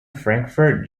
frankfurt